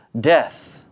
death